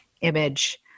image